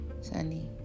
Sunny